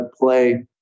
play